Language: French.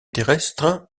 terrestres